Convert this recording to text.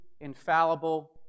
infallible